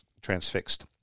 transfixed